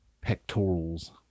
pectorals